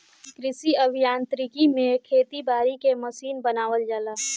कृषि अभियांत्रिकी में खेती बारी के मशीन बनावल जाला